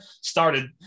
started